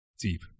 deep